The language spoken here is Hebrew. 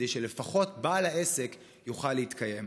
כדי שלפחות בעל העסק יוכל להתקיים.